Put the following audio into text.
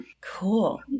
Cool